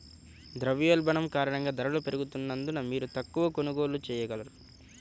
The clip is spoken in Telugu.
ద్రవ్యోల్బణం కారణంగా ధరలు పెరుగుతున్నందున, మీరు తక్కువ కొనుగోళ్ళు చేయగలరు